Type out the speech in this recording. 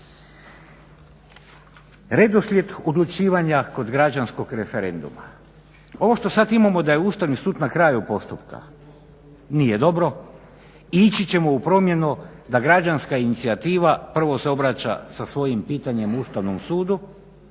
Redoslijed odlučivanja kod građanskog referenduma. Ovo što sad imamo da je Ustavni sud na kraju postupka, nije dobro, ići ćemo u promjenu da građanska inicijativa prvo se obraća sa svojim pitanjem Ustavnom sudu